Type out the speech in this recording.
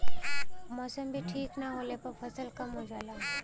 मौसम भी ठीक न होले पर फसल कम हो जाला